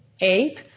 eight